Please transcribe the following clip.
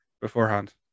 beforehand